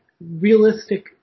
realistic